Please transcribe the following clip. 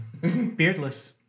Beardless